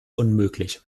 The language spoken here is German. unmöglich